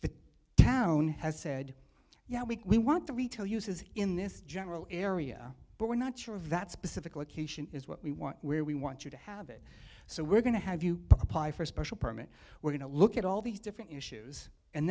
so town has said yeah we want the retail uses in this general area but we're not sure of that specific location is what we want where we want you to have it so we're going to have you apply for a special permit we're going to look at all these different issues and